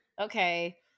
okay